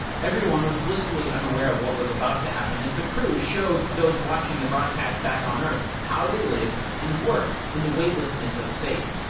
everyone was blissfully unaware of what was about to happen as the crew showed those watching the broadcast back on earth how they lived and worked in the weightlessness of space.